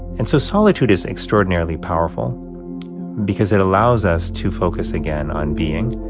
and so solitude is extraordinarily powerful because it allows us to focus again on being.